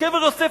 קבר יוסף,